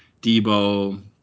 Debo